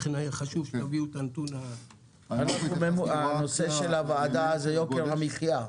לכם היה חשוב שתביאו את הנתון --- נושא הוועדה הוא יוקר המחיה,